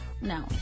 no